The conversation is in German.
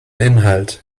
inhalt